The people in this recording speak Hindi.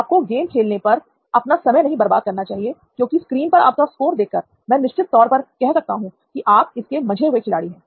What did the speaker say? आपको गेम खेलने पर अपना समय नहीं बर्बाद करना चाहिए क्योंकि स्क्रीन पर आपका स्कोर देखकर मैं निश्चित तौर पर कह सकता हूं आप इसके मंझे हुए खिलाड़ी हैं